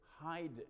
hide